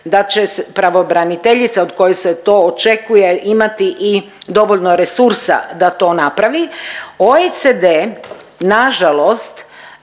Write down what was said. da će pravobraniteljica od koje se to očekuje imati i dovoljno resursa da to napravi. OECD nažalost